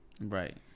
Right